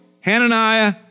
Hananiah